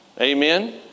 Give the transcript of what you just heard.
Amen